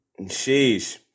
Sheesh